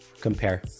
compare